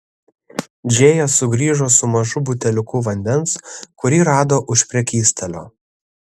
džėja sugrįžo su mažu buteliuku vandens kurį rado už prekystalio